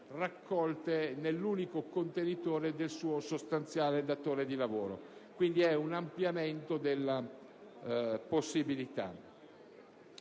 raccolte nell'unico contenitore del suo sostanziale datore di lavoro. Quindi, è un ampliamento di possibilità.